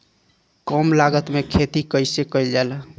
कम लागत में खेती कइसे कइल जाला?